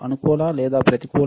అనుకూలలేదా ప్రతికూల